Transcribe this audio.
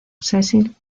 cecil